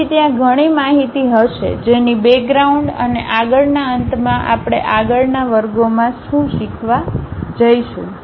તેથી ત્યાં ઘણી માહિતી હશે જેની બેગ્રાઉન્ડ અને આગળના અંતમાં આપણે આગળનાં વર્ગોમાં શું શીખવા જઈશું